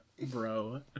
bro